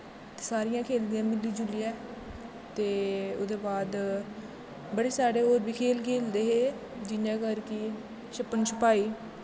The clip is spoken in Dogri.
सारियां खेलदियां मिली जुलियै ते ओह्दे बाद बड़े सारे होर बी खेल खेलदे हे जियां के छप्पन छपाई